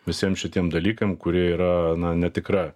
visiems šitiem dalykam kurie yra na netikra